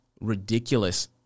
ridiculous